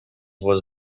was